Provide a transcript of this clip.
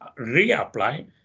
reapply